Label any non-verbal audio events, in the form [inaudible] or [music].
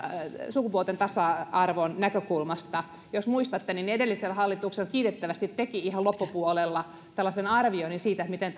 sukupuolten tasa arvon näkökulmasta jos muistatte niin edellinen hallitus kiitettävästi teki ihan loppupuolella tällaisen arvioinnin siitä miten [unintelligible]